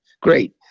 Great